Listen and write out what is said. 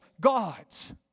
gods